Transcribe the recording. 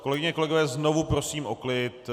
Kolegyně, kolegové, znovu prosím o klid.